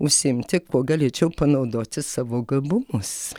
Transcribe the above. užsiimti kuo galėčiau panaudoti savo gabumus